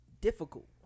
difficult